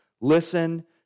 Listen